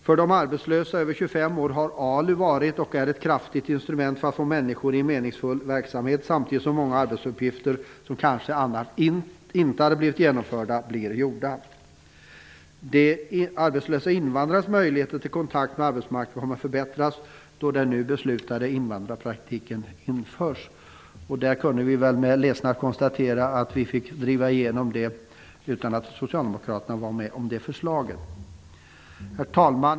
För de arbetslösa över 25 år har ALU varit, och är, ett kraftigt instrument för att få in människor i en meningsfull verksamhet, samtidigt som många arbetsuppgifter, som annars kanske inte hade blivit utförda, blir gjorda. Arbetslösa invandrares möjligheter att få kontakt med arbetsmarknaden kommer att förbättras då den nu beslutade invandrarpraktiken införs. Med ledsnad måste jag konstatera att vi fick driva igenom detta utan att Socialdemokraterna ställde sig bakom det förslaget. Herr talman!